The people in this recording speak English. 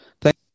Thank